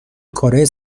کارای